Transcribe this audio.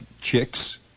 chicks